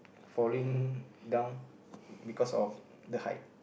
falling down because of the height